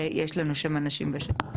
יש לנו שם אנשים בשטח.